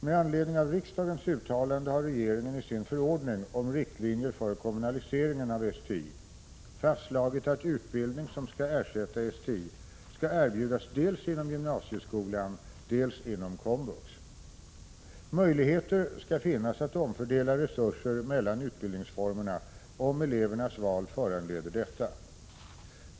Med anledning av riksdagens uttalande har regeringen i sin förordning om riktlinjer för kommunaliseringen av STI fastslagit att utbildning som skall ersätta STI skall erbjudas dels inom gymnasieskolan, dels inom komvux. Möjligheter skall finnas att omfördela resurser mellan utbildningsformerna, om elevernas val föranleder detta.